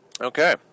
Okay